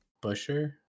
Busher